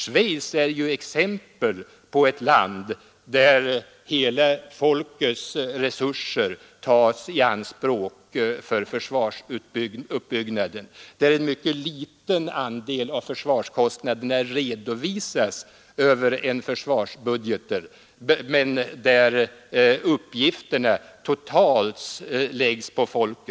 Schweiz är ju ett land där hela folkets resurser tas i anspråk för försvarsuppbyggnaden, där en mycket liten andel av försvarskostnaderna redovisas över en försvarsbudget, men där uppgifterna totalt läggs på folket.